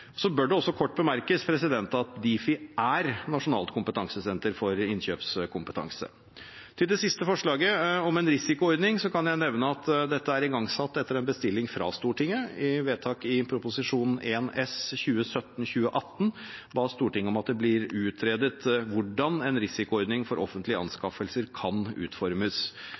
bør også kort bemerkes at Difi er nasjonalt kompetansesenter for innkjøpskompetanse. Til det siste forslaget, om en risikoordning, kan jeg nevne at dette er igangsatt etter en bestilling fra Stortinget. I et vedtak vist til i Prop. 1 S for 2017–2018, ba Stortinget om at det blir utredet hvordan en risikoordning for offentlige anskaffelser kan utformes.